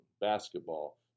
basketball